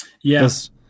Yes